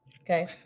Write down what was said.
okay